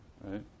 right